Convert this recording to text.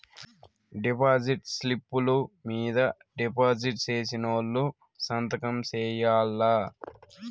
deposit స్లిప్పులు మీద deposit సేసినోళ్లు సంతకం సేయాల్ల